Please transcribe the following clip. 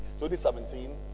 2017